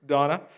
Donna